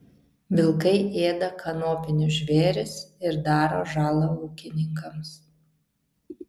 vilkai ėda kanopinius žvėris ir daro žalą ūkininkams